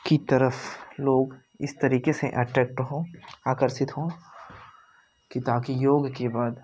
की तरफ लोग इस तरीके से अट्रैक्ट हों आकर्षित हों कि ताकि योग के बाद